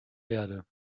erde